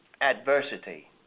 adversity